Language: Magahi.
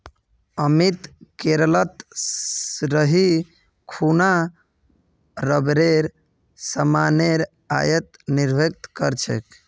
अमित केरलत रही खूना रबरेर सामानेर आयात निर्यात कर छेक